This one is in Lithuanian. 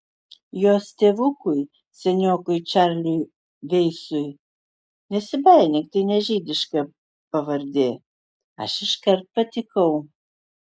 jos tėvukui seniokui čarliui veisui nesibaimink tai ne žydiška pavardė aš iškart patikau